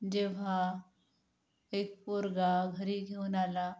जेव्हा एक पोरगा घरी घेऊन आला